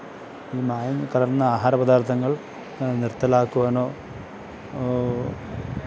ഈ മായം കലര്ന്ന ആഹാര പദാര്ത്ഥങ്ങള് നിര്ത്തലാക്കുവാനോ